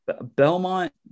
Belmont